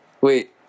Wait